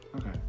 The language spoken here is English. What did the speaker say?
Okay